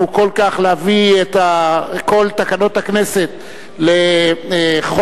כל כך להביא את כל תקנות הכנסת לחוק